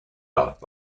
off